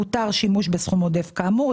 הותר שימוש בסכום עודף כאמור,